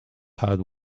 had